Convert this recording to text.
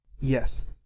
Yes